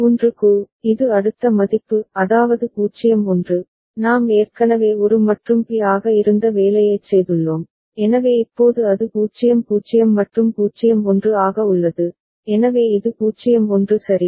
1 க்கு இது அடுத்த மதிப்பு அதாவது 0 1 நாம் ஏற்கனவே ஒரு மற்றும் பி ஆக இருந்த வேலையைச் செய்துள்ளோம் எனவே இப்போது அது 0 0 மற்றும் 0 1 ஆக உள்ளது எனவே இது 0 1 சரி